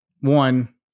One